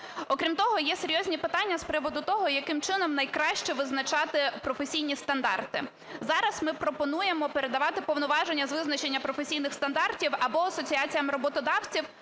Окрім того, є серйозні питання з приводу того, яким чином найкраще визначати професійні стандарти. Зараз ми пропонуємо передавати повноваження з визначення професійних стандартів або асоціаціям роботодавців,